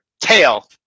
tail